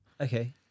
Okay